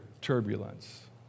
turbulence